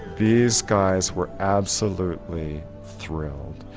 these guys were absolutely thrilled.